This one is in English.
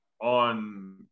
on